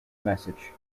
message